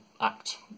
act